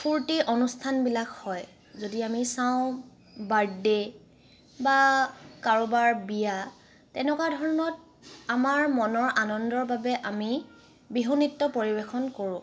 ফূৰ্তি অনুষ্ঠানবিলাক হয় যদি আমি চাওঁ বাৰ্থডে' বা কাৰোবাৰ বিয়া তেনেকুৱা ধৰণত আমাৰ মনৰ আনন্দৰ বাবে আমি বিহু নৃত্য পৰিৱেশন কৰোঁ